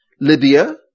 Libya